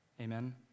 amen